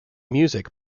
music